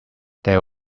there